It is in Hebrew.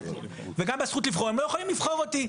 וגם בזכות לבחור, הם לא יכולים לבחור אותי.